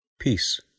peace